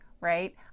right